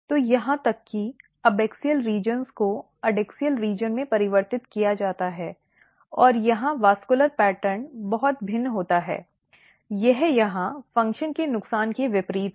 तो यहां तक कि एबैक्सियल क्षेत्रों को एडैक्सियल क्षेत्र में परिवर्तित किया जाता है और यहां संवहनी पैटर्न बहुत भिन्न होता है यह यहां फ़ंक्शन के नुकसान के विपरीत है